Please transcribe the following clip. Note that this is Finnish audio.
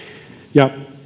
ja